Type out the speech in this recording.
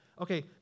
Okay